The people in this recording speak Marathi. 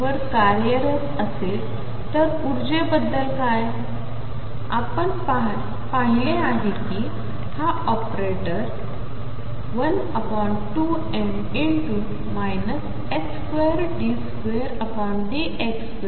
वर कार्यरत असेल तर ऊर्जा बद्दल काय आपण पहिले आहे की हा ऑपरेटर 12m 2d2dx2nVxnआहे